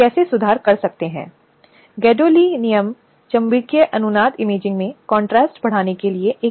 यह एक ऐसी स्थिति है जिसमें हर व्यक्ति जो भी आरोप ला रहा है वह वही व्यक्ति होना चाहिए जो तथ्यों को स्थापित करने में सक्षम हो